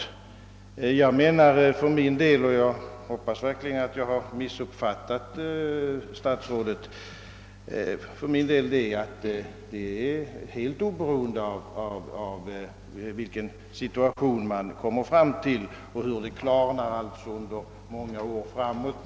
Jag hoppas verkligen att jag har missuppfattat statsrådet och menar för min del att detta är helt oberoende av vilken situation som därvidlag kommer att uppstå och vars karaktär efter hand kommer att klarna under många år framåt.